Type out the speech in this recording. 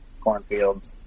cornfields